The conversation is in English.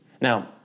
Now